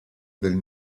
del